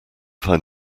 find